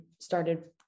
started